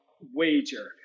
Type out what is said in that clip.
wager